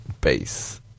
base